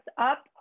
up